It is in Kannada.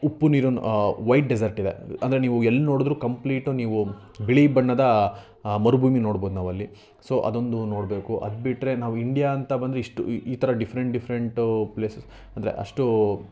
ಉಪ್ಪು ನೀರನ್ನು ವೈಟ್ ಡೆಸರ್ಟ್ ಇದೆ ಅಂದರೆ ನೀವು ಎಲ್ಲಿ ನೋಡಿದ್ರು ಕಂಪ್ಲೀಟ್ ನೀವು ಬಿಳಿ ಬಣ್ಣದ ಆ ಮರುಭೂಮಿ ನೋಡ್ಬೋದು ನಾವು ಅಲ್ಲಿ ಸೋ ಅದೊಂದು ನೋಡಬೇಕು ಅದ್ಬಿಟ್ಟರೆ ನಾವು ಇಂಡಿಯಾ ಅಂತ ಬಂದರೆ ಇಷ್ಟು ಈ ಥರ ಡಿಫ್ರೆನ್ ಡಿಫ್ರೆಂಟು ಪ್ಲೇಸಸ್ ಅಂದರೆ ಅಷ್ಟು